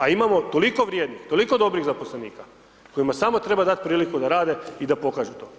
A imamo toliko vrijednih, toliko dobrih zaposlenika kojima samo treba priliku da rade i pokažu to.